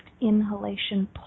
inhalation